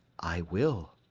i will.